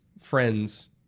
friends